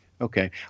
Okay